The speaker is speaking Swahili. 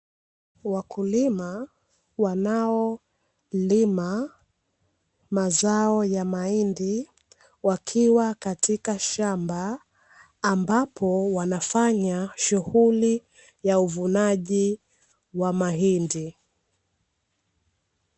Wakulima wanaolima mazao ya mahindi, wakiwa katika shamba, ambapo wanafanya shughuli ya uvunaji wa mahindi.